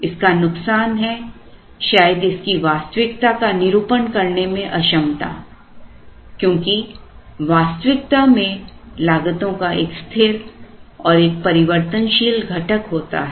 इसका नुकसान है शायद इसकी वास्तविकता का निरूपण करने में अक्षमता क्योंकि वास्तविकता में लागतों का एक स्थिर और एक परिवर्तनशील घटक होता है